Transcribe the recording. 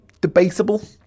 debatable